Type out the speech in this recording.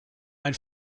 ein